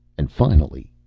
and finally,